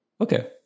Okay